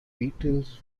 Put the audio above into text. beatles